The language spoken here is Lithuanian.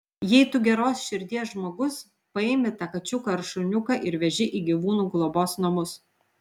jei tu geros širdies žmogus paimi tą kačiuką ar šuniuką ir veži į gyvūnų globos namus